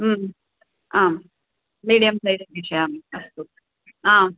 आं medium size प्रेषयामि अस्तु आ